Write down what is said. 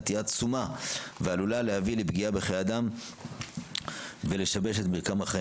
תהיה עצומה ועלולה להביא לפגיעה בחיי אדם ולשבש את מרקם החיים.